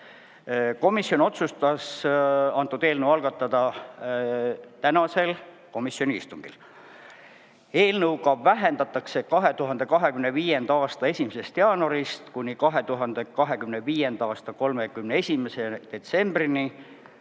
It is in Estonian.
Komisjon otsustas antud eelnõu algatada tänasel komisjoni istungil. Eelnõu kohaselt vähendatakse 2025. aasta 1. jaanuarist kuni 2025. aasta 31. detsembrini